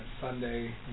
Sunday